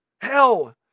Hell